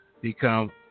become